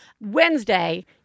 Wednesday